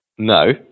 No